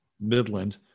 Midland